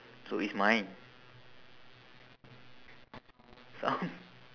so it's mine some